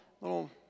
little